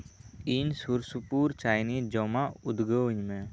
ᱤᱧ ᱥᱩᱨ ᱥᱩᱯᱩᱨ ᱪᱟᱭᱱᱤᱡ ᱡᱚᱢᱟᱜ ᱩᱫᱜᱟᱹᱣᱟᱹᱧ ᱢᱮ